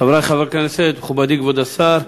חברי חברי הכנסת, מכובדי כבוד השר,